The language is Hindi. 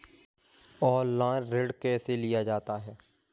ऑनलाइन ऋण कैसे लिया जाता है?